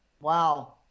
wow